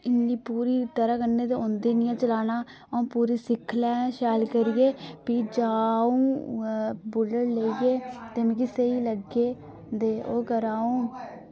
इन्नी पूरी तरह कन्नै ते औंदी नि ऐ चलाना अ'ऊं पूरी सिक्खलैं शैल करियै फ्ही जा अ 'ऊं बुल्लट लेइयै ते मिकी स्हेई लग्गे ते ओ करां अ 'ऊं